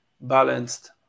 balanced